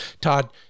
Todd